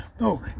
No